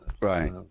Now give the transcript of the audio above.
right